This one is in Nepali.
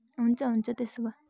हुन्छ हुन्छ त्यसो भए